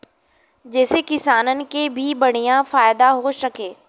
जेसे किसानन के भी बढ़िया फायदा हो सके